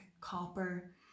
copper